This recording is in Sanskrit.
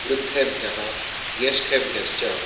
वृद्धेभ्यः ज्येष्ठेभ्यश्च